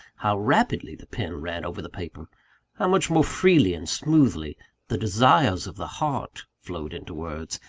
how rapidly the pen ran over the paper how much more freely and smoothly the desires of the heart flowed into words,